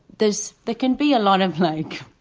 there's that can be a lot of like,